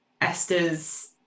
Esther's